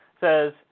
says